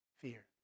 fear